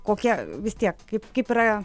kokie vis tiek kaip kaip yra